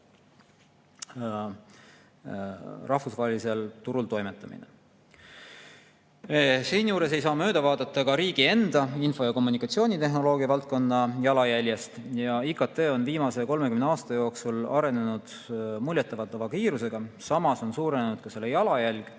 rahvusvahelisel turul toimetamine. Siinjuures ei saa mööda vaadata ka riigi enda info‑ ja kommunikatsioonitehnoloogia valdkonna jalajäljest. IKT on viimase 30 aasta jooksul arenenud muljetavaldava kiirusega, samas on suurenenud ka selle jalajälg